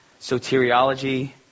soteriology